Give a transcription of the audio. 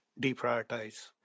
deprioritize